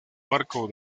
marco